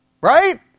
right